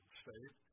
state